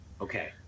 Okay